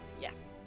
yes